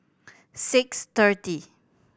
six thirty